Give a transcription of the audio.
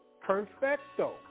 Perfecto